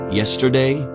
yesterday